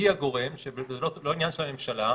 היא הגורם, וזה לא עניין של הממשלה,